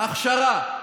הכשרה,